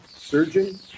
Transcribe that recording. surgeon